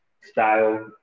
style